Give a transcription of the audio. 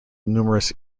numerous